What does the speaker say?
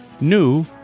new